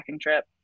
trip